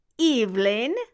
Evelyn